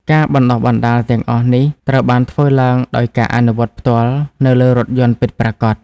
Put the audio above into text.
ការបណ្តុះបណ្តាលទាំងអស់នេះត្រូវបានធ្វើឡើងដោយការអនុវត្តផ្ទាល់នៅលើរថយន្តពិតប្រាកដ។